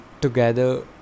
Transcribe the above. together